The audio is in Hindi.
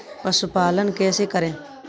पशुपालन कैसे करें?